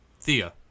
thea